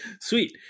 Sweet